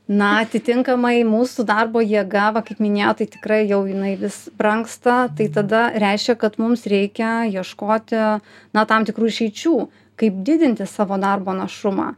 na atitinkamai mūsų darbo jėga va kaip minėjo tai tikrai jau jinai vis brangsta tai tada reiškia kad mums reikia ieškoti na tam tikrų išeičių kaip didinti savo darbo našumą